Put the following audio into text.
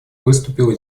выступила